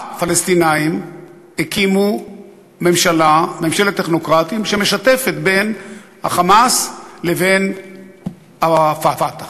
הפלסטינים הקימו ממשלת טכנוקרטים שמשתפת בין ה"חמאס" לבין ה"פתח".